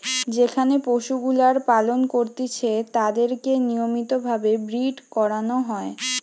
যেখানে পশুগুলার পালন করতিছে তাদিরকে নিয়মিত ভাবে ব্রীড করানো হয়